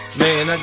man